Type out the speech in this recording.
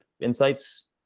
insights